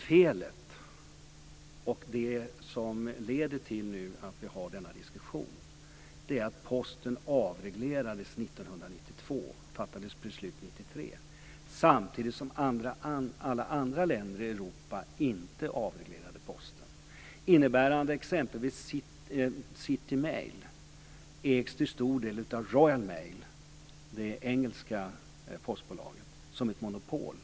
Felet och det som nu leder till att vi har denna diskussion är att Posten avreglerades 1992 - och det fattades beslut 1993 - samtidigt som alla andra länder i Europa inte avreglerade Posten. City Mail ägs t.ex. till stor del av Royal Mail, det engelska postbolaget, som är ett monopol.